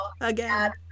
Again